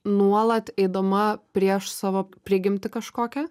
nuolat eidama prieš savo prigimtį kažkokią